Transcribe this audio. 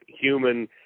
human